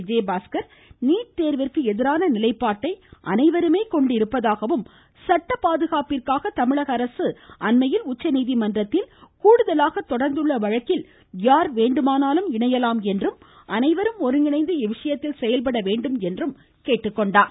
Vijayabaskar NEET தேர்விற்கு எதிரான நிலைப்பாட்டை அனைவருமே கொண்டிருப்பதாகவும் சட்ட பாதுகாப்பிற்காக தமிழக அரசு அண்மையில் உச்சநீதிமன்றத்தில் கூடுதலாக தொடர்ந்துள்ள வழக்கில் யார் வேண்டுமானாலும் இணையலாம் என்றும் அனைவரும் ஒருங்கிணைந்து இவ்விஷயத்தில் செயல்பட வேண்டும் என்றும் கேட்டுக் கொண்டார்